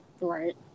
Right